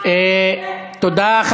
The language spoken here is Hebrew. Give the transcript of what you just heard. אני חייבת לומר, תודה.